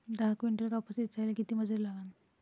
दहा किंटल कापूस ऐचायले किती मजूरी लागन?